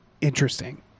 interesting